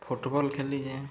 football ଖେଲିଚେଁ